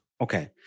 Okay